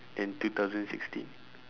and two thousand sixteen